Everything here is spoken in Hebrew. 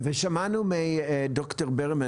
ושמענו מד"ר ברמן